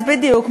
בדיוק.